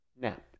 nap